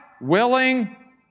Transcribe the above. willing